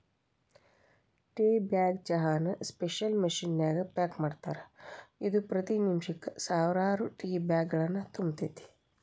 tea bag ಚಹಾನ special machine ನ್ಯಾಗ pack ಮಾಡ್ತಾರ, ಇದು ಪ್ರತಿ ನಿಮಿಷಕ್ಕ ಸಾವಿರಾರು ಟೇಬ್ಯಾಗ್ಗಳನ್ನು ತುಂಬತೇತಿ